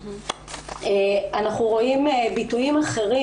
אנחנו רואים ביטויים אחרים,